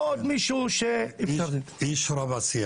לא עוד מישהו --- איש רב עשייה.